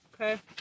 okay